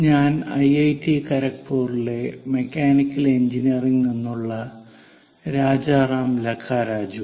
ഞാൻ ഐഐടി ഖരഗ്പൂരിലെ മെക്കാനിക്കൽ എഞ്ചിനീയറിംഗിൽ നിന്നുള്ള രാജരാം ലക്കരാജു